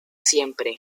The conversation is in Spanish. siempre